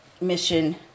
mission